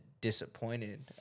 disappointed